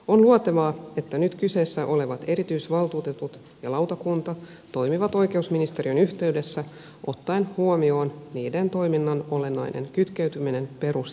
on luontevaa että nyt kyseessä olevat erityisvaltuutetut ja lautakunta toimivat oikeusministeriön yhteydessä ottaen huomioon niiden toiminnan olennainen kytkeytyminen perus ja ihmisoikeuksiin